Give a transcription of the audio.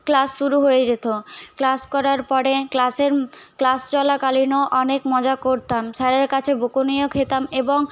class শুরু হয়ে যেতো ক্লাস করার পরে ক্লাসের ক্লাস চলাকালীনও অনেক মজা করতাম স্যারের কাছে বকুনিও খেতাম এবং